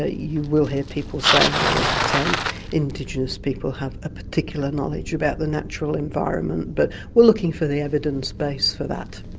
ah you will hear people saying that um indigenous people have a particular knowledge about the natural environment but we're looking for the evidence base for that.